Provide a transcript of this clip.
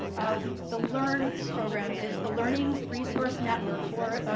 the learn program is the learning resource network or